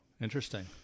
Interesting